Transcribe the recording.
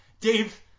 Dave